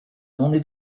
only